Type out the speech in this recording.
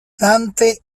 dante